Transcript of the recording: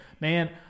man